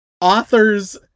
authors